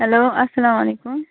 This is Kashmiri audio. ہٮ۪لو اَسلامُ علیکُم